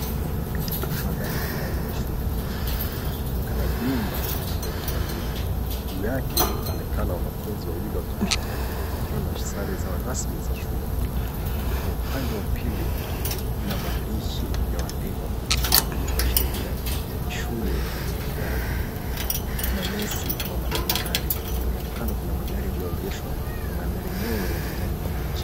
Mandhari haya ni ya shule. Yaonekana jumba la ghorofa mbili. Juu yake inaonekana wanafunzi wawili wakipita wakiwa na sare za rasmi za shule na upande wa pili kuna maandishi ilioandikwa kwenye shule hii kuashiria ni shule ya manesi au madakitari. Kando kando kuna magari ilioegeshwa na mandhari yenyewe ni ya kijani kibichi.